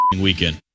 weekend